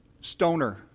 stoner